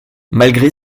malgré